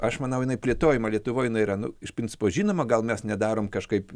aš manau jinai plėtojimą lietuvoj jinai yra nu iš principo žinoma gal mes nedarom kažkaip